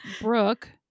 brooke